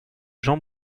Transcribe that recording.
jean